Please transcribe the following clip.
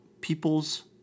people's